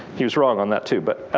he was wrong on that too. but